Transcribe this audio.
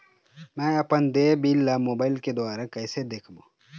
मैं अपन देय बिल ला मोबाइल के द्वारा कइसे देखबों?